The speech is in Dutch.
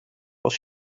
als